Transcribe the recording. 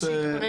אז שיתכוננו.